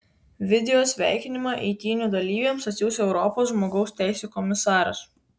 video sveikinimą eitynių dalyviams atsiųs europos žmogaus teisių komisaras